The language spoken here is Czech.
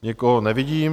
Nikoho nevidím.